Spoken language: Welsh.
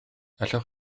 allwch